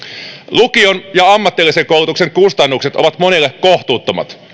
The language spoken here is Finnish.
lukion ja ammatillisen koulutuksen kustannukset ovat monelle kohtuuttomat